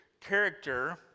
character